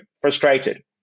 frustrated